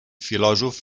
filòsof